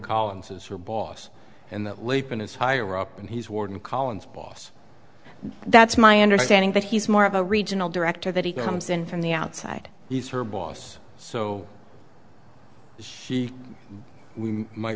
collins's her boss and the leap in is higher up and he's warden collins boss that's my understanding that he's more of a regional director that he comes in from the outside he's her boss so he we might